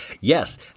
yes